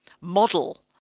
model